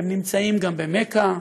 נמצאים גם במכה,